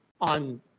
on